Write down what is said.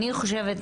אני חושבת,